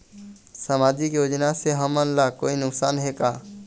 सामाजिक योजना से हमन ला कोई नुकसान हे का?